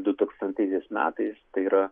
dutūkstantaisiais metais tai yra